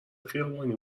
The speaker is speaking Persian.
خیابانی